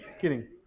kidding